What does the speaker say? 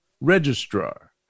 registrar